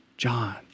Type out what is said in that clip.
John